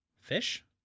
Fish